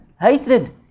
hatred